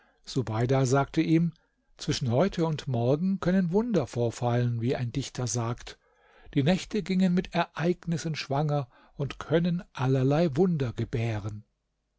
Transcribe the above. subeida sagte ihm zwischen heute und morgen können wunder vorfallen wie ein dichter gesagt die nächte gingen mit ereignissen schwanger und können allerlei wunder gebären